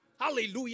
Hallelujah